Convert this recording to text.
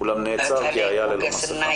אולם נעצר כי היה ללא מסכה.